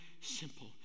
simple